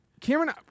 Cameron